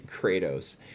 Kratos